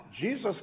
Jesus